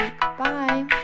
Bye